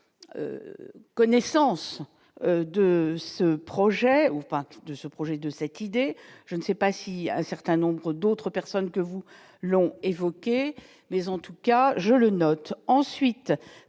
connaissance de ce projet ou pas de ce projet de cette idée, je ne sais pas s'il y a un certain nombre d'autres personnes que vous l'ont évoqué, mais en tout cas je le note ensuite